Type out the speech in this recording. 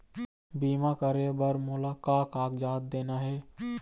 बीमा करे बर मोला का कागजात देना हे?